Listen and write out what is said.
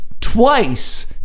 twice